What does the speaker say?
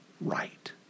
right